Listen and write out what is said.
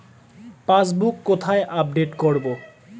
Passbook কোথায় update করব?